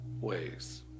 ways